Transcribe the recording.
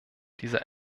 diese